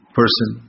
person